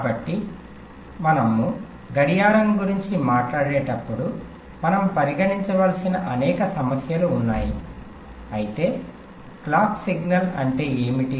కాబట్టి మనము గడియారం గురించి మాట్లాడేటప్పుడు మనం పరిగణించవలసిన అనేక సమస్యలు ఉన్నాయి అయితే క్లాక్ సిగ్నల్ అంటే ఏమిటి